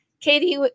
Katie